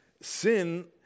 sin